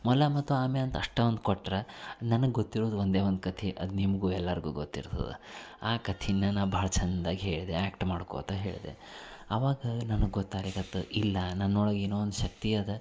ಮೊಲ ಮತ್ತು ಆಮೆ ಅಂತ ಅಷ್ಟೊಂದು ಕೊಟ್ರು ನನಗೆ ಗೊತ್ತಿರೋದು ಒಂದೇ ಒಂದು ಕಥೆ ಅದು ನಿಮಗೂ ಎಲ್ಲರ್ಗೂ ಗೊತ್ತಿರ್ತದೆ ಆ ಕಥೆನ ನಾ ಭಾಳ ಚಂದಾಗಿ ಹೇಳಿದೆ ಆ್ಯಕ್ಟ್ ಮಾಡ್ಕೋತ ಹೇಳಿದೆ ಅವಾಗ ನನಗೆ ಗೊತ್ತಾಗ್ಲಿಕತ್ತು ಇಲ್ಲ ನನ್ನೊಳಗೆ ಏನೋ ಒಂದು ಶಕ್ತಿ ಅದ